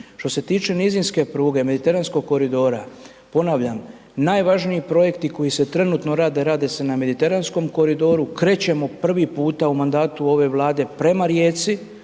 Što se tiče nizinske pruge, mediteranskog koridora, ponavljam najvažniji projekti koji se trenutno rade, rade se na mediteranskom koridoru, krećemo prvi puta u mandatu ove Vlade prema Rijeci,